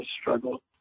struggle